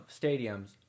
stadiums